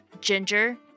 ginger